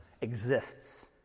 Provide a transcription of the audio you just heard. exists